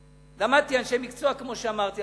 למדתי, אנשי מקצוע, כמו שאמרתי,